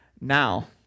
now